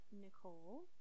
Nicole